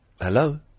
Hello